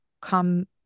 come